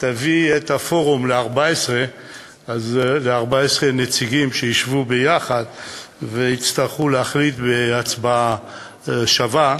תביא את הפורום ל-14 נציגים שישבו יחד ויצטרכו להחליט בהצבעה שווה,